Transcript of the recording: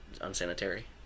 unsanitary